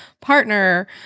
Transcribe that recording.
partner